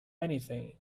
anything